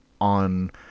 on